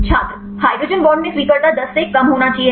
छात्र hydrogen bond में स्वीकर्ता 10 से कम होना चाहिए